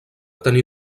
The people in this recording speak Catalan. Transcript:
tenir